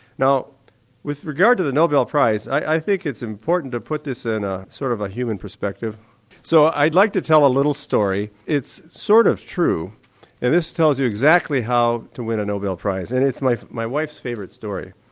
now with regard to the nobel prize, i think it's important to put this in a sort of human perspective so i'd like to tell a little story, it's sort of true and this tells you exactly how to win a nobel prize and it's my my wife's favourite story.